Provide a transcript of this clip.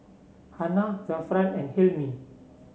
Hana Zafran and Hilmi